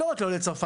לא רק לעולי צרפת,